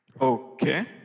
Okay